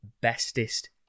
bestest